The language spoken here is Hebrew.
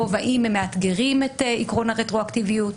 האם הם מאתגרים את עיקרון הרטרואקטיביות,